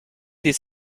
des